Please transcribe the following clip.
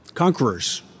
Conquerors